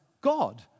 God